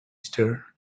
stir